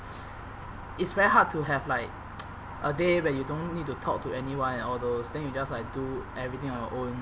it's very hard to have like a day when you don't need to talk to anyone and all those then you just like do everything on your own